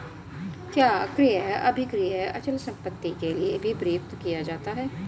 क्या क्रय अभिक्रय अचल संपत्ति के लिये भी प्रयुक्त किया जाता है?